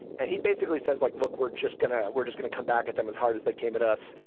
and he basically says, like, look, we're just gonna we're just gonna come back at them as hard as they came at us.